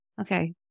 Okay